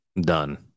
Done